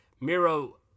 Miro